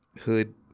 hood